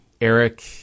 Eric